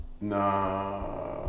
Nah